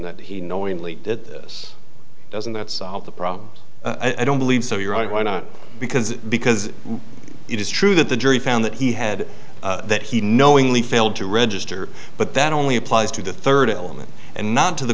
that he knowingly did this doesn't that solve the problem i don't believe so you're right why not because because it is true that the jury found that he had that he knowingly failed to register but that only applies to the third element and not to the